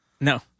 No